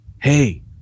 hey